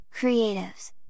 creatives